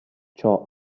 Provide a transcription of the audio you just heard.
ciò